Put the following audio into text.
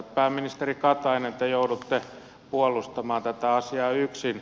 pääministeri katainen te joudutte puolustamaan tätä asiaa yksin